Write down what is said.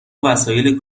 وسایل